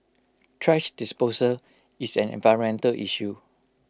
thrash disposal is an environmental issue